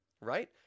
right